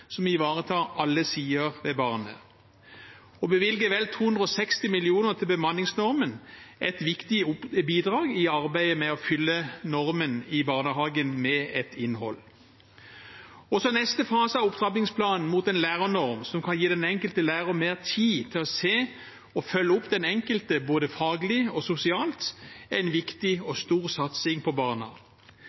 som ivaretar alle sider ved barnet. Å bevilge vel 260 mill. kr til bemanningsnormen er et viktig bidrag i arbeidet med å fylle normen i barnehagen med et innhold. Også neste fase av opptrappingsplanen mot en lærernorm som kan gi den enkelte lærer mer tid til å se og følge opp den enkelte både faglig og sosialt, er en viktig og stor satsing på barna.